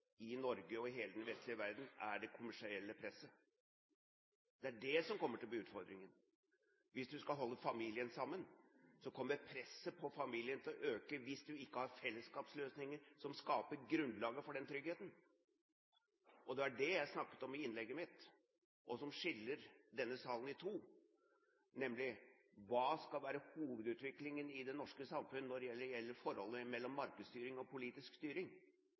i Norge og i hele den vestlige verden – er det kommersielle presset. Det er det som kommer til å bli utfordringen. Hvis du skal holde familien sammen, kommer presset på familien til å øke hvis du ikke har fellesskapsløsninger som skaper grunnlaget for den tryggheten. Det var det jeg snakket om i innlegget mitt, og det er det som skiller denne salen i to, nemlig: Hva skal være hovedutviklingen i det norske samfunn når det gjelder forholdet mellom markedsstyring og politisk styring?